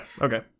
Okay